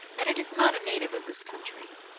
and it is not a native of this country.